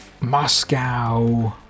Moscow